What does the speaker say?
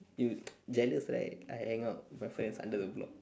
you jealous right I hang out with my friends under the block